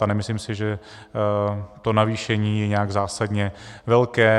A nemyslím si, že to navýšení je nějak zásadně velké.